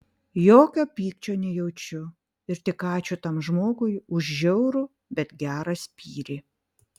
jokio pykčio nejaučiu ir tik ačiū tam žmogui už žiaurų bet gerą spyrį